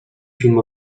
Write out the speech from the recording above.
filmu